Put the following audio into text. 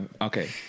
okay